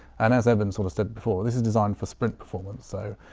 and as eben sort of said before, this is designed for sprint performance. so